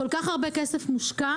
כל כך הרבה כסף מושקע